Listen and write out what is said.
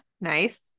nice